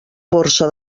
borsa